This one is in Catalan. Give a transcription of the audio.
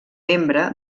membre